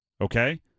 Okay